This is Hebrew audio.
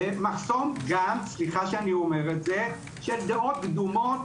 גם מחסום של דעות קדומות,